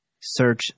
Search